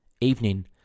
Evening